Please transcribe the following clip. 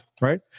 right